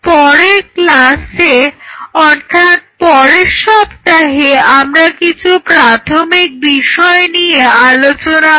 পরের ক্লাসে অর্থাৎ পরের সপ্তাহে আমরা কিছু প্রাথমিক বিষয় নিয়ে আলোচনা করব